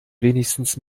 wenigstens